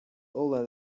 older